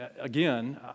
again